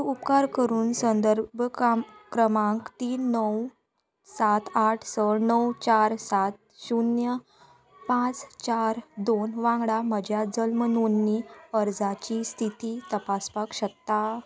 तूं उपकार करून संदर्भ काम क्रमांक तीन णव सात आठ स णव चार सात शुन्य पांच चार दोन वांगडा म्हज्या जल्म नोंदणी अर्जाची स्थिती तपासपाक शकता